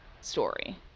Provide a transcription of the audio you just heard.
story